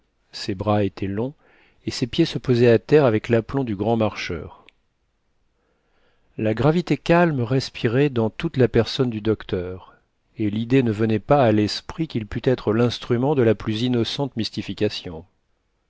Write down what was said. ses bras étaient longs et ses pieds se posaient à terre avec l'aplomb du grand marcheur la gravité calme respirait dans toute la personne du docteur et l'idée ne venait pas à l'esprit qu'il put être l'instrument de la plus innocente mystification